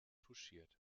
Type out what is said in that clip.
touchiert